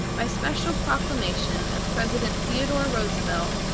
by special proclamation of president theodore roosevelt,